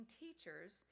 teachers